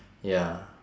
ya